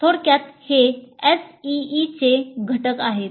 थोडक्यात हे SEE चे घटक आहेत